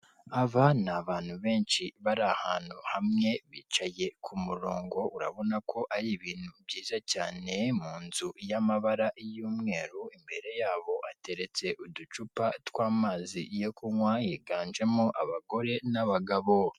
Aba ni abantu benshi bari ahantu hamwe, bicaye ku murongo, urabona ko ari ibintu byiza cyane, mu nzu y'amabara y'umweru, imbere yabo hateretse uducupa tw'amazi yo kunywa, higanjemo abagore n'abagabo.